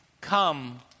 Come